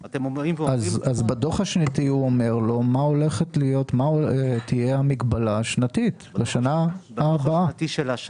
בדוח השנתי יירשם מה תהיה המגבלה השנתית של השנה הבאה.